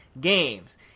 games